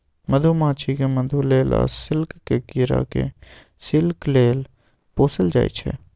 मधुमाछी केँ मधु लेल आ सिल्कक कीरा केँ सिल्क लेल पोसल जाइ छै